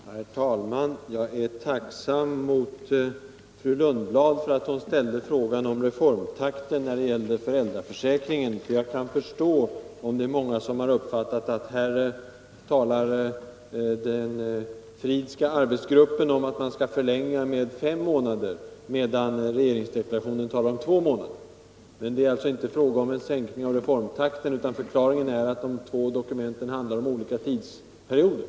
Herr talman! Jag är tacksam mot fru Lundblad för att hon ställde frågan om reformtakten när det gällde föräldraförsäkringen. Jag kan förstå att många har uppfattat saken så, att den Fridhska arbetsgruppen talar om en förlängning med fem månader, medan regeringsdeklarationen talar om en förlängning med två månader. Men det är inte fråga om någon sänkning av reformtakten, utan förklaringen är den att de två dokumenten avser två olika tidsperioder.